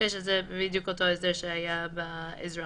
זה בדיוק הסדר שהיה באזרחי.